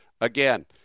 again